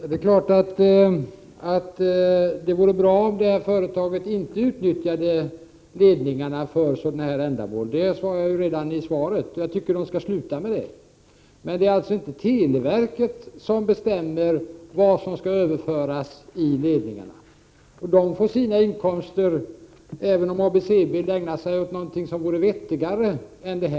Herr talman! Det är klart att det vore bra om det här företaget inte utnyttjade ledningarna för ett sådant här ändamål. Det sade jag redan i mitt svar på interpellationen. Jag tycker att företaget borde sluta med det. Men det är inte televerket som bestämmer vad som skall överföras i ledningarna. Televerket skulle få sina inkomster, även om ABC-bild ägnade sig åt någonting vettigare än detta.